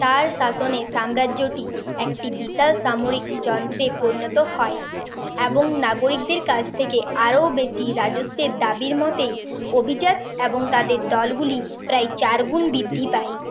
তার শাসনে সাম্রাজ্যটি একটি বিশাল সামরিক যন্ত্রে পরিণত হয় এবং নাগরিকদের কাছ থেকে আরও বেশি রাজস্বের দাবির মতোই অভিজাত এবং তাদের দলগুলি প্রায় চারগুণ বৃদ্ধি পায়